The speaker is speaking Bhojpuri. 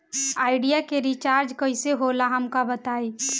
आइडिया के रिचार्ज कईसे होला हमका बताई?